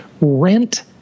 rent